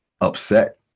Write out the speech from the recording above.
upset